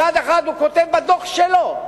מצד אחד הוא כותב בדוח שלו,